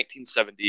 1970